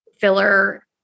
filler